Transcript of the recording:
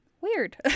weird